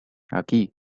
aquí